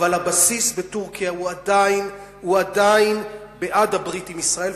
אבל הבסיס בטורקיה הוא עדיין בעד הברית עם ישראל,